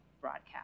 broadcast